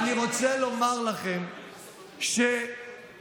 אני מוציא את עצמי להתרעננות כדי להירגע.